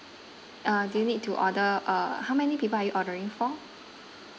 uh do you need to order uh how many people are you ordering for